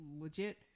legit